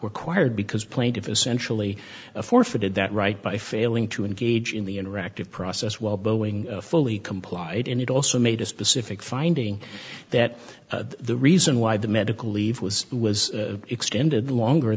required because plaintiff essentially forfeited that right by failing to engage in the interactive process while boeing fully complied and it also made a specific finding that the reason why the medical leave was was extended longer